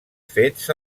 fets